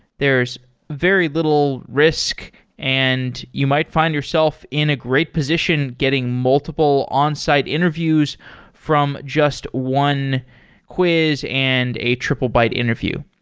there's very little risk and you might find yourself in a great position getting multiple onsite interviews from just one quiz and a triplebyte interview.